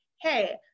hey